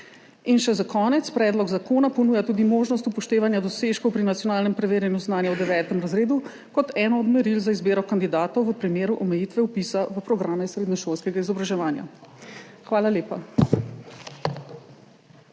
In še za konec. Predlog zakona ponuja tudi možnost upoštevanja dosežkov pri nacionalnem preverjanju znanja v 9. razredu kot eno od meril za izbiro kandidatov v primeru omejitve vpisa v programe srednješolskega izobraževanja. Hvala lepa.